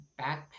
Backpack